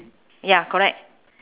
ya correct